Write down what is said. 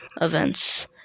events